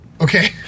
Okay